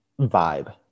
vibe